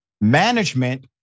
Management